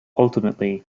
ultimately